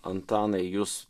antanai jūs